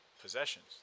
possessions